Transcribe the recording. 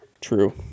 True